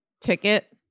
ticket